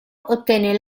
ottenne